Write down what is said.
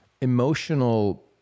emotional